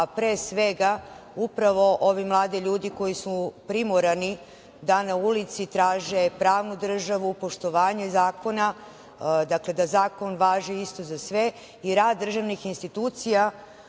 a pre svega upravo ovi mladi ljudi koji su primorani da na ulici traže pravnu državu, poštovanje zakona, dakle da zakon važi isto za sve, i rad državnih institucija